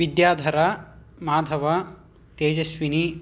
विद्याधरः माधवः तेजश्विनी